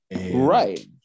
Right